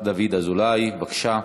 דוד אזולאי, בבקשה.